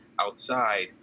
outside